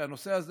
שהנושא הזה,